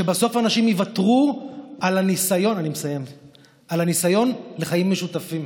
שבסוף אנשים יוותרו על הניסיון לחיים משותפים?